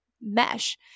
mesh